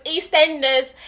EastEnders